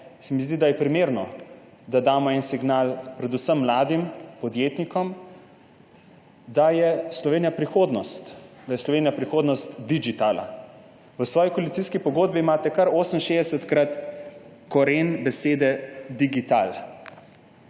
se mi, da je primerno, da damo en signal predvsem mladim podjetnikom, da je Slovenija prihodnost, da je Slovenija prihodnost digitala. V svoji koalicijski pogodbi imate kar 68-krat koren besede digital.